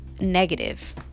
negative